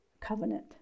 covenant